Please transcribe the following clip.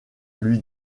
lui